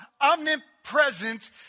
omnipresent